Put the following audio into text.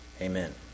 Amen